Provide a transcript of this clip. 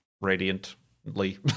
radiantly